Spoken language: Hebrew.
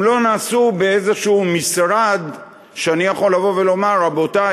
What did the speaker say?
הם לא נעשו באיזה משרד שאני יכול לבוא ולומר: רבותי,